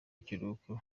ikiruhuko